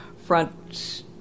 front